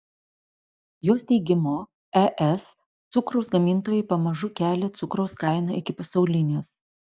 jos teigimu es cukraus gamintojai pamažu kelia cukraus kainą iki pasaulinės